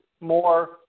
more